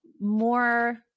more